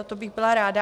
To bych byla ráda.